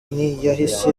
ntiyahise